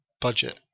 budget